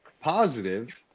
positive